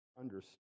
understand